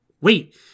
wait